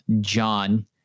John